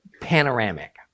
panoramic